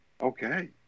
Okay